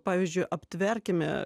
pavyzdžiui aptverkime